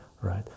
right